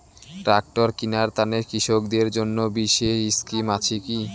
Tractor কিনার তানে কৃষকদের জন্য বিশেষ স্কিম আছি কি?